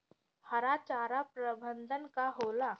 हरा चारा प्रबंधन का होला?